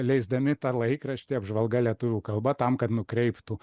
leisdami tą laikraštį apžvalga lietuvių kalba tam kad nukreiptų